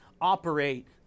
operate